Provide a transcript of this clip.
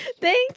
Thank